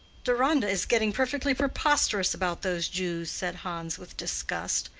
deronda is getting perfectly preposterous about those jews, said hans with disgust,